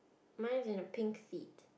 mine is in a pink seat